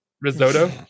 Risotto